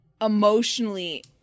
emotionally